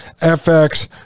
FX